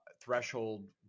threshold